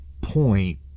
point